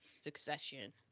Succession